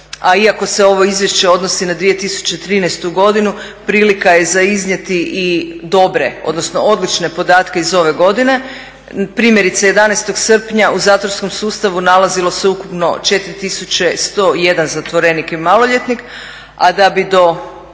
a iako se ovo izvješće odnosi na 2013.godinu prilika je za iznijeti i dobre odnosno odlične podatke iz ove godine. Primjerice 11.srpnja u zatvorskom sustavu nalazilo se ukupno 4.101 zatvorenik i maloljetnik, a da bi do